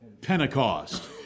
Pentecost